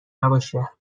نباشه